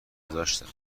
گذاشتم